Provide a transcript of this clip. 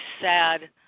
sad